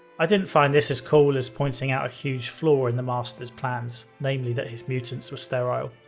i didn't find this as cool as pointing out a huge flaw in the master's plans, namely that his mutants were sterile.